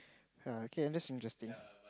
err K that's interesting